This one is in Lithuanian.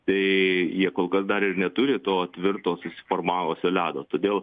tai jie kol kas dar ir neturi to tvirto susiformavusio ledo todėl